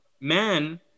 men